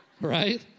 Right